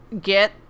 get